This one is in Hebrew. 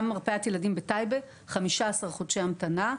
גם במרפאת ילדים בטייבה 15 חודשי המתנה.